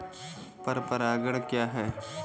पर परागण क्या है?